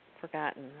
forgotten